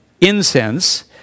incense